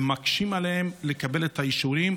ומקשים עליהם לקבל את האישורים,